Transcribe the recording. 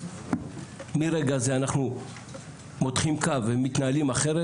מרגע זה מותחים קו ומתנהלים אחרת.